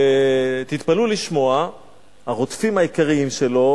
ותתפלאו לשמוע הרודפים העיקריים שלו